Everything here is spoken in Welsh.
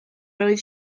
oedd